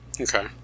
Okay